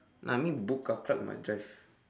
no I mean book car club you must drive